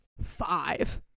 Five